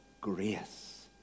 grace